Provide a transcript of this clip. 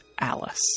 Alice